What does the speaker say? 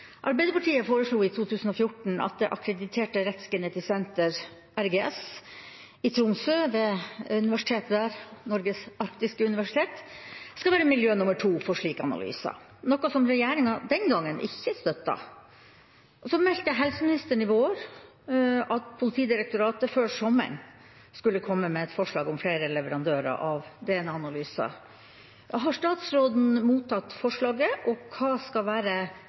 Arbeiderpartiet foreslo i 2014 at det akkrediterte Rettsgenetisk senter, RGS, i Tromsø skal være miljø nummer to for slike analyser, noe regjeringen den gang ikke støttet. Helseministeren meldte i vår at Politidirektoratet før sommeren skulle komme med forslag om flere leverandører av DNA-analyser. Har statsråden mottatt forslaget, og hva skal være